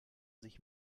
sich